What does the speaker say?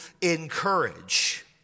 encourage